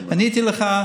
עניתי לך,